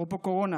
אפרופו קורונה.